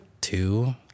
two